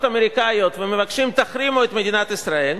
אמריקניות ומבקשים: תחרימו את מדינת ישראל,